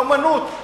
באמנות,